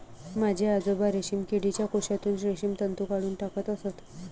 माझे आजोबा रेशीम किडीच्या कोशातून रेशीम तंतू काढून टाकत असत